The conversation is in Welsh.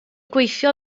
gweithio